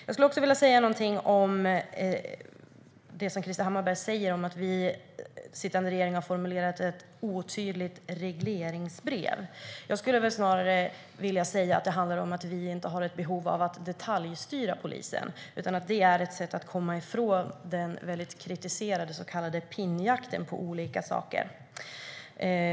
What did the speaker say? Jag vill även säga något om det som Krister Hammarbergh sa om att den sittande regeringen har formulerat ett otydligt regleringsbrev. Jag skulle snarare säga att det handlar om att vi inte har ett behov av att detaljstyra polisen. Det är ett sätt att komma ifrån den väldigt kritiserade så kallade pinnjakten när det gäller olika saker.